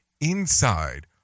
inside